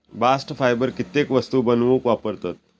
bast fibre कित्येक वस्तू बनवूक वापरतत